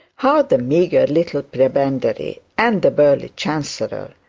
how the meagre little prebendary, and the burly chancellor,